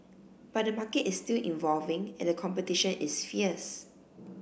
but the market is still evolving and competition is fierce